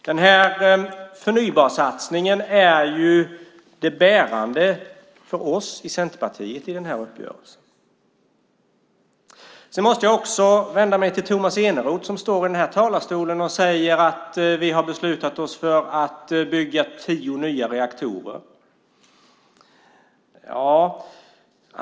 Denna satsning på det förnybara är för oss i Centerpartiet det bärande i uppgörelsen. Tomas Eneroth har i denna talarstol sagt att vi har beslutat oss för att bygga tio nya reaktorer.